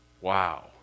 Wow